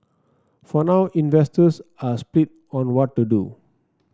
for now investors are split on what to do